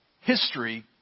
history